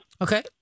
Okay